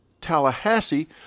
Tallahassee